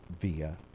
via